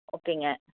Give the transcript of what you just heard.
ஓகேங்க